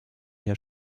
herr